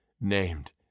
named